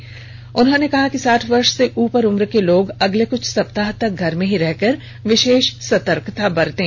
प्रधानमंत्री ने कहा कि साठ वर्ष से ऊपर उम्र के लोग अगले कुछ सप्ताह तक घर में ही रहकर विशेष सतर्कता बरतें